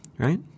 right